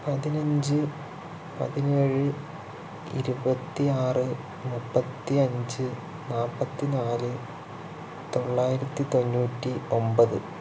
പതിനഞ്ച് പതിനേഴ് ഇരുപത്തിയാറ് മുപ്പത്തിയഞ്ച് നാപ്പത്തി നാല് തൊള്ളായിരത്തി തൊണ്ണൂറ്റി ഒമ്പത്